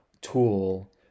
tool